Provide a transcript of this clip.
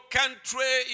country